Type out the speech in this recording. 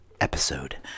episode